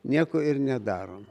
nieko ir nedarom